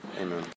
Amen